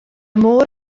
môr